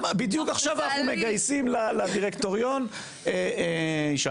בדיוק עכשיו אנחנו מגייסים לדירקטוריון אישה".